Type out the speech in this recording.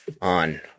on